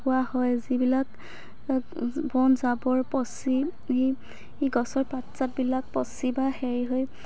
কোৱা হয় যিবিলাক বন জাবৰ পঁচি গছৰ পাত ছাত বিলাক পঁচি বা হেৰি হৈ